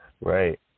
Right